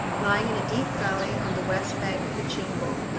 lying in a deep valley on the west bank of the chimbo,